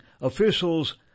officials